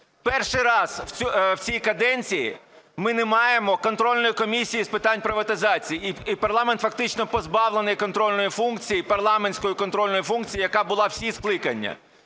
Перший раз в цій каденції ми не маємо контрольної комісії з питань приватизації. І парламент фактично позбавлений контрольної функції, парламентської контрольної функції, яка була всі скликання.